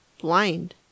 blind